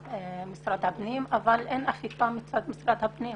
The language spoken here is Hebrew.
למשרד הפנים אבל אין אכיפה מצד משרד הפנים.